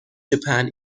japan